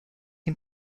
den